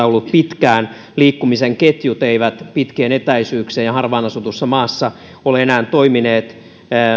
ollut pitkään hyvin pirstaloitunutta liikkumisen ketjut eivät pitkien etäisyyksien ja harvaan asutussa maassa ole enää toimineet